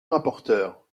rapporteur